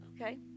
okay